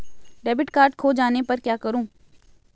Debit card खो जाने पर क्या करूँ?